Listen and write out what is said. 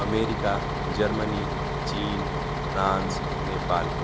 America Germany चीन France Nepal